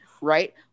right